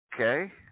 Okay